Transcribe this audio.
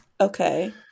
okay